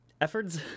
efforts